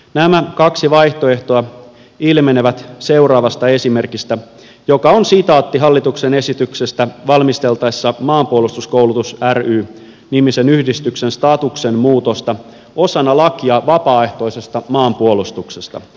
nämä kaksi vaihtoehtoa ilmenevät seuraavasta esimerkistä joka on sitaatti hallituksen esityksestä valmisteltaessa maanpuolustuskoulutus ry nimisen yhdistyksen statuksen muutosta osana lakia vapaaehtoisesta maanpuolustuksesta